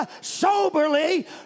soberly